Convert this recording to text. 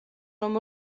რომ